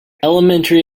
elementary